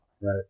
Right